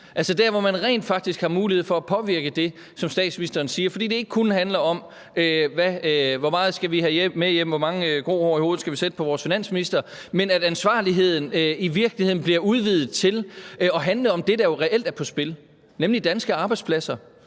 altså der, hvor man rent faktisk har mulighed for at påvirke det, som statsministeren siger, fordi det ikke kun handler om, hvor meget vi skal have med hjem, hvor mange grå hår i hovedet vi skal sætte på vores finansminister, men at ansvarligheden i virkeligheden bliver udvidet til at handle om det, der jo reelt er på spil, nemlig danske arbejdspladser.